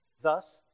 thus